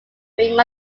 wing